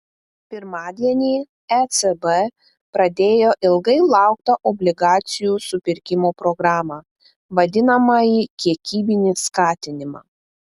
pirmadienį ecb pradėjo ilgai lauktą obligacijų supirkimo programą vadinamąjį kiekybinį skatinimą